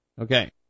okay